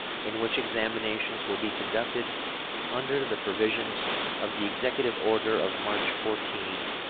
in which examinations will be conducted under the provisions of the executive order of march fourteen,